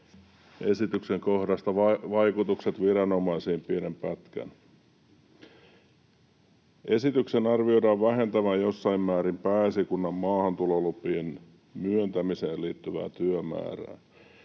esityksen kohdasta ”Vaikutukset viranomaisiin” pienen pätkän: ”Esityksen arvioidaan vähentävän jossain määrin Pääesikunnan maahantulolupien myöntämiseen liittyvää työmäärää.